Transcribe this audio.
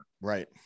Right